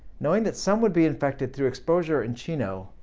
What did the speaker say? knowing that some would be infected through exposure in chino,